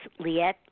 liette